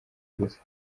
gusa